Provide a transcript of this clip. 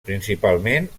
principalment